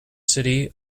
city